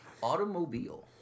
automobile